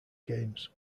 games